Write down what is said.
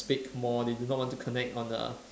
speak more they do not want to connect on a